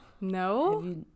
no